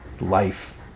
life